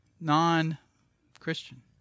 non-Christian